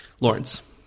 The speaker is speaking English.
Lawrence